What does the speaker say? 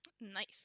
nice